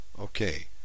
Okay